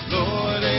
Lord